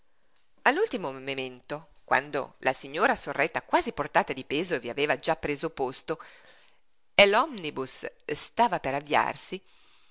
all'ultimo momento quando la signora sorretta quasi portata di peso vi aveva già preso posto e l'omnibus stava per avviarsi